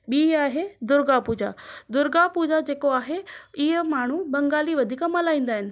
ॿीं आहे दुर्गा पूजा दुर्गा पूजा जेको आहे इअं माण्हू बंगाली वधीक मल्हाईंदा आहिनि